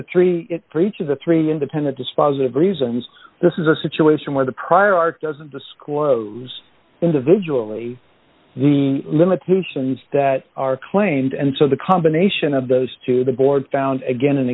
the three it preacha the three independent dispositive reasons this is a situation where the prior art doesn't disclose individually the limits solutions that are claimed and so the combination of those to the board found again and